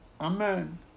Amen